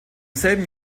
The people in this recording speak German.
selben